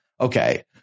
Okay